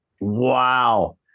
Wow